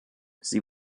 sie